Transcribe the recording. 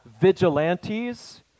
vigilantes